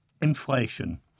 inflation